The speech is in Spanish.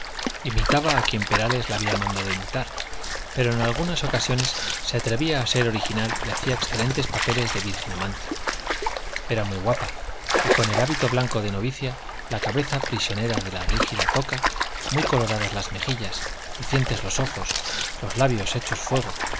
imitaba a quien perales la había mandado imitar pero en algunas ocasiones se atrevía a ser original y hacía excelentes papeles de virgen amante era muy guapa y con el hábito blanco de novicia la cabeza prisionera de la rígida toca muy coloradas las mejillas lucientes los ojos los labios hechos fuego